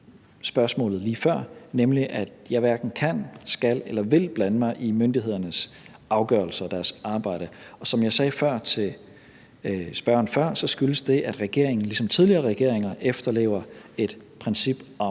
spørgsmålet lige før, nemlig at jeg hverken kan, skal eller vil blande mig i myndighedernes afgørelser, i deres arbejde. Og som jeg sagde før til den forrige spørger, skyldes det, at regeringen ligesom tidligere regeringer efterlever et princip om